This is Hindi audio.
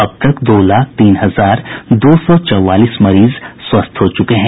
अब तक दो लाख तीन हजार दो सौ चौवालीस मरीज स्वस्थ हो चुके हैं